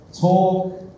talk